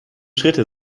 schritte